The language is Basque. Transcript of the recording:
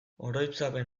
oroitzapen